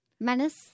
Menace